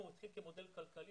הוא התחיל כמודל כלכלי,